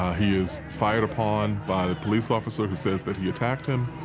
he is fired upon by the police officer who says that he attacked him.